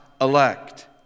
elect